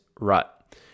rut